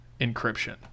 encryption